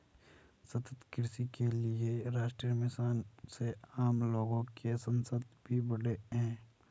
सतत कृषि के लिए राष्ट्रीय मिशन से आम लोगो के संसाधन भी बढ़े है